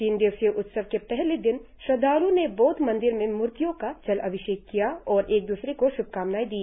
तीन दिवसीय उत्सव के पहले दिन श्रद्वाल्ओं ने बौद्व मंदीर में मूर्तियों का जल अभिषेक किया और एक द्सरे को श्भकामनाएं दी